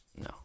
No